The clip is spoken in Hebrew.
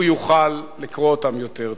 הוא יוכל לקרוא אותם יותר טוב.